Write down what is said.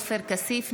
עופר כסיף,